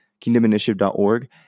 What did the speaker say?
kingdominitiative.org